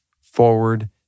forward